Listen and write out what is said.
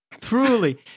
truly